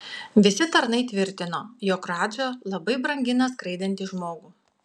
visi tarnai tvirtino jog radža labai brangina skraidantį žmogų